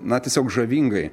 na tiesiog žavingai